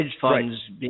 funds